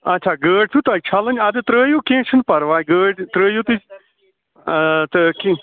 اَچھا گٲڑۍ چھُو تۄہہِ چھَلٕنۍ اَدٕ ترٛٲوِو کیٚنٛہہ چھُنہٕ پَرواے گٲڑۍ ترٛٲوِو تُہۍ تہٕ کیٚنٛہہ